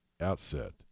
outset